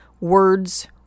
words